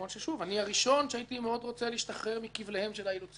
אני הראשון שהייתי רוצה להשתחרר מכבליהם של האילוצים האלה